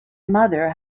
mother